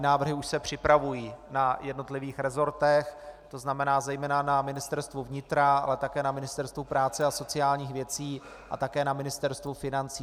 Návrhy už se připravují na jednotlivých resortech, to znamená zejména na Ministerstvu vnitra, ale také na Ministerstvu práce a sociálních věcí a také na Ministerstvu financí.